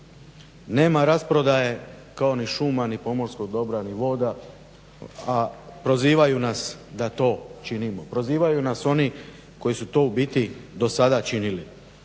Nema rasprodaje kao ni šuma, ni pomorskog dobra, ni voda, a prozivaju nas da to činimo, prozivaju nas oni koji su to u biti do sada činili.